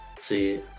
see